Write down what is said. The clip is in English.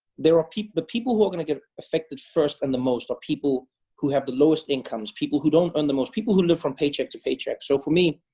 there are people the people who are gonna get affected first and the most are people who have the lowest incomes, people who don't earn the most, people who live from paycheck to paycheck. so for me,